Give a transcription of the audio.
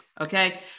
okay